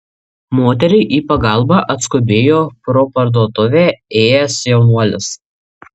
moteriai į pagalbą atskubėjo pro parduotuvę ėjęs jaunuolis